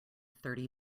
thirty